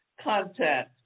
content